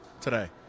today